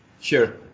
Sure